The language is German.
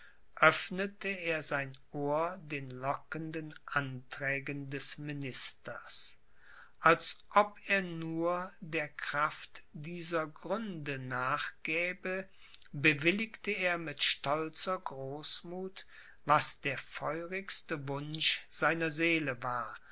öffnete er sein ohr den lockenden anträgen des ministers als ob er nur der kraft dieser gründe nachgäbe bewilligte er mit stolzer großmuth was der feurigste wunsch seiner seele war